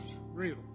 real